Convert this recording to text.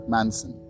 Manson